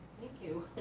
thank you.